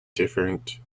different